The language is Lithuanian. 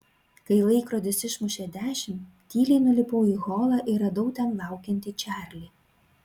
kai laikrodis išmušė dešimt tyliai nulipau į holą ir radau ten laukiantį čarlį